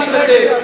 חבר הכנסת חסון.